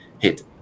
hit